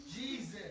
Jesus